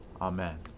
Amen